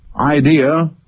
idea